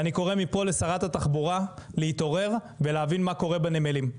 אני קורא מפה לשרת התחבורה להתעורר ולהבין מה קורה בנמלים,